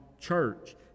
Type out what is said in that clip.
church